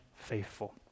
faithful